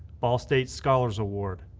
ball state scholars award.